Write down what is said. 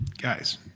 guys